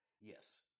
Yes